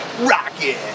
Rocket